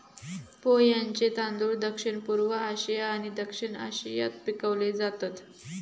पोह्यांचे तांदूळ दक्षिणपूर्व आशिया आणि दक्षिण आशियात पिकवले जातत